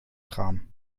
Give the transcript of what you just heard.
kram